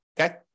okay